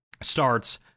starts